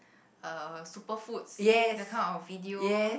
uh superfoods that kind of video